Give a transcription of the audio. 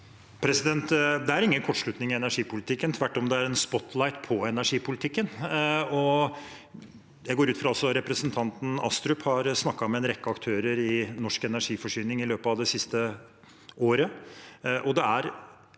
Det er ingen kortslutning i energipolitikken – tvert om er det en spotlight på energipolitikken. Jeg går ut fra at også representanten Astrup har snakket med en rekke aktører i norsk energiforsyning i løpet av det siste året,